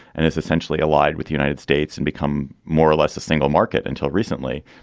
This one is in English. and it's essentially allied with the united states and become more or less the single market until recently.